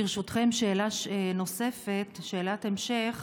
ברשותכם, שאלה נוספת, שאלת המשך.